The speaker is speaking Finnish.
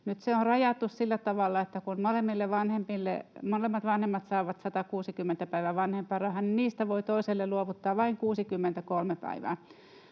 Nyt se on rajattu sillä tavalla, että kun molemmat vanhemmat saavat 160 päivää vanhempainrahaa, niin niistä voi toiselle luovuttaa vain 63 päivää.